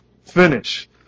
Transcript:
finish